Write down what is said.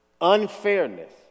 unfairness